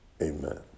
Amen